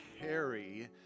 carry